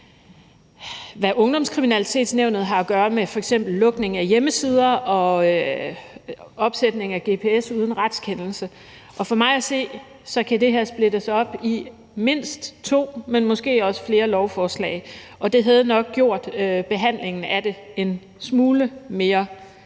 hvad Ungdomskriminalitetsnævnet har at gøre med f.eks. lukning af hjemmesider og opsætning af gps uden retskendelse, og for mig at se kan dette splittes op i mindst to, men måske også flere lovforslag, og det havde nok gjort behandlingen af det en smule mere